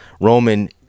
Roman